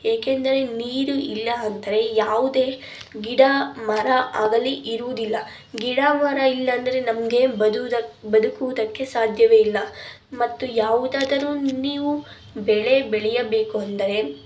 ಏಕೆಂದರೆ ನೀರು ಇಲ್ಲ ಅಂದರೆ ಯಾವುದೇ ಗಿಡ ಮರ ಆಗಲಿ ಇರುವುದಿಲ್ಲ ಗಿಡ ಮರ ಇಲ್ಲ ಅಂದರೆ ನಮಗೆ ಬದುಕುವುದಕ್ಕೆ ಸಾಧ್ಯವೇ ಇಲ್ಲ ಮತ್ತು ಯಾವುದಾದರು ನೀವು ಬೆಳೆ ಬೆಳೆಯಬೇಕು ಅಂದರೆ